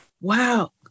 wow